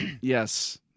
Yes